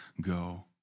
go